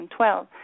2012